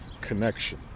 connection